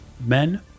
men